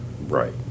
Right